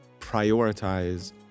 prioritize